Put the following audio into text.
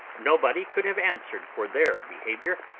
nobody could have answered for their behaviour,